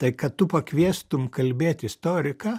tai kad tu pakviestum kalbėt istoriką